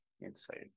inside